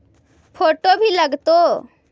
Photo भी लग तै?